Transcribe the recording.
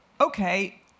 okay